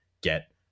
get